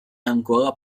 ancora